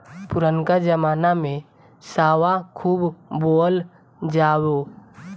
पुरनका जमाना में सावा खूब बोअल जाओ